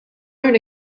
own